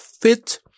fit